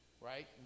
Right